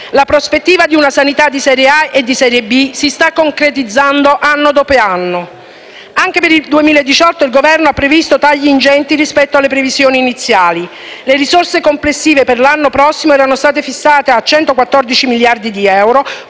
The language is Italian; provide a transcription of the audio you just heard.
La prospettiva di una sanità di serie A e di serie B si sta concretizzando anno dopo anno. Anche per il 2018 il Governo ha previsto tagli ingenti rispetto alle previsioni iniziali. Le risorse complessive per l'anno prossimo erano state fissate a 114 miliardi di euro,